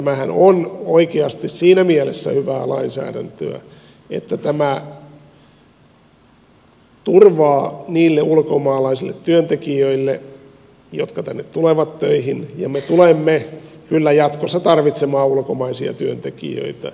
tämähän on oikeasti siinä mielessä hyvää lainsäädäntöä että tämä antaa turvaa niille ulkomaalaisille työntekijöille jotka tänne tulevat töihin ja me tulemme kyllä jatkossa tarvitsemaan ulkomaisia työntekijöitä